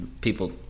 people